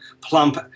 plump